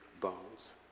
bones